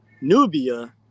Nubia